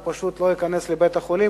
הוא פשוט לא ייכנס לבית-החולים.